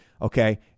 okay